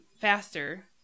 faster